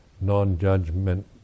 non-judgment